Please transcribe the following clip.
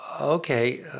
okay